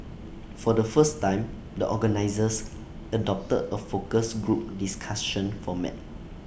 for the first time the organisers adopted A focus group discussion format